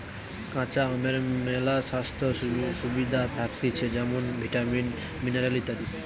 কাঁচা আমের মেলা স্বাস্থ্য সুবিধা থাকতিছে যেমন ভিটামিন, মিনারেল ইত্যাদি